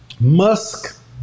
musk